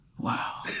wow